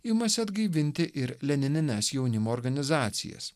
imasi atgaivinti ir leninines jaunimo organizacijas